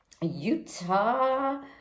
Utah